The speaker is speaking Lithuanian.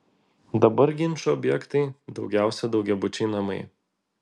dabar ginčų objektai daugiausiai daugiabučiai namai